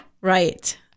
Right